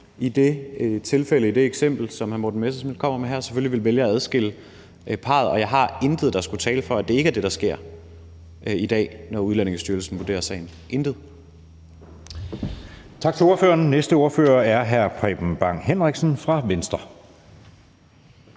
Udlændingestyrelsen i det eksempel, som hr. Morten Messerschmidt kommer med her, selvfølgelig vil vælge at adskille parret. Jeg har intet, der skulle tale for, at det ikke er det, der sker i dag, når Udlændingestyrelsen vurderer sagen – intet. Kl. 16:22 Anden næstformand (Jeppe Søe): Tak til ordføreren. Den næste ordfører er hr. Preben Bang Henriksen fra Venstre.